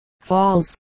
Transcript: falls